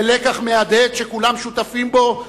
ללקח מהדהד שכולם שותפים בו,